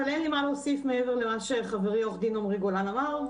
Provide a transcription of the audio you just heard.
אבל אין לי מה להוסיף מעבר למה שחברי עו"ד עמרי גולן אמר.